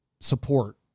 support